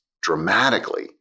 dramatically